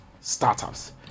startups